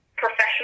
professional